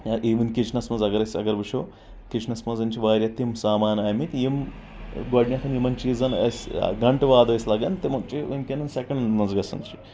یا اِوٕن کچنس منٛز اگر أسۍ اگر وٕچھو کچنس منٛز چھِ واریاہ تِم سامان ٲمٕتۍ یِم گۄڈٕنٮ۪تھ یِمن چیٖزن اسہِ گنٹہٕ واد ٲسۍ لگان تِمن چیٖزن ؤنکیٚس سیکنڈن منٛز گژھان چھ